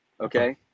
okay